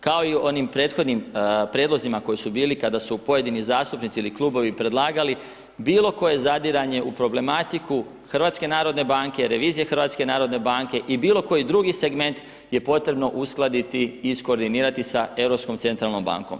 Kao i u onim prethodnim prijedlozima koji su bili kada su pojedini zastupnici ili klubovi predlagali bilo koje zadiranje u problematiku HNB-a, revizije HNB-a i bilo koji drugi segment je potrebno uskladiti, iskoordinirati sa Europskom centralnom bankom.